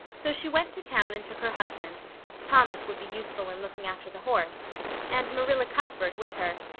so she went to town and took her husband thomas would be useful in looking after the horse and marilla cuthbert with her.